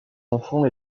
enfants